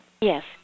Yes